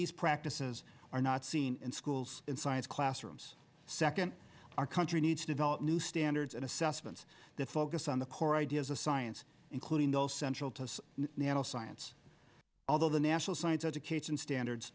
these practices are not seen in schools in science classrooms second our country need to develop new standards and assessments that focus on the core ideas of science including those central tests nanoscience although the national science education standards